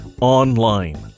online